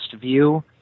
view